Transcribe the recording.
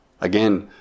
Again